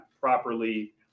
properly